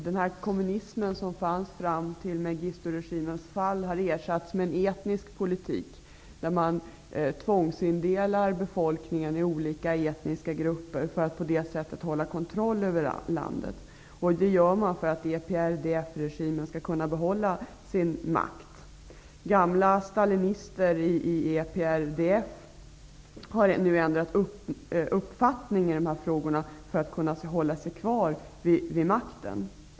Den kommunism som fanns fram till Mengisturegimens fall har ersatts med en etnisk politik, där man tvångsindelar befolkningen i olika etniska grupper för att på det sättet ha kontroll över landet. Det gör man för att EPRDF-regimen skall kunna behålla sin makt. Gamla stalinister i EPRDF har nu ändrat uppfattning i dessa frågor för att kunna hålla sig kvar vid makten.